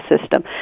system